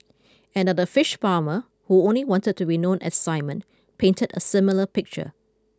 another fish farmer who only wanted to be known as Simon painted a similar picture